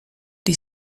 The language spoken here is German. die